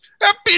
Happy